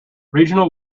regional